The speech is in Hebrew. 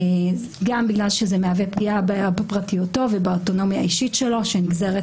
גם בגלל שזה מהווה פגיעה בפרטיותו ובאוטונומיה האישית שלו שנגזרת